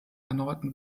erneuten